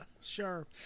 sure